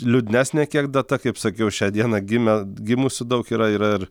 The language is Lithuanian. liūdnesnė kiek data kaip sakiau šią dieną gimė gimusių daug yra yra ir